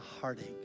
heartache